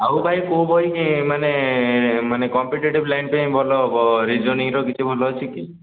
ଆଉ ଭାଇ କେଉଁ ବହି ମାନେ ମାନେ କମ୍ପିଟେଟିଭ୍ ଲାଇନ୍ ପାଇଁ ଭଲ ହେବ ରିଜୋନିଂର କିଛି ଭଲ ଅଛି କି